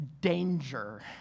danger